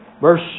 verse